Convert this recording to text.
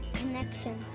connection